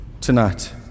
tonight